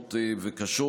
אלימות וקשות.